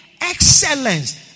excellence